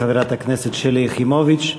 חברת הכנסת שלי יחימוביץ.